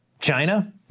China